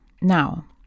now